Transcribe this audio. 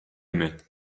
aimait